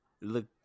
look